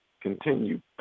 continue